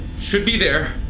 should be there.